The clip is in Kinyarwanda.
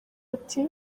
ati